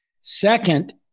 Second